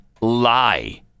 lie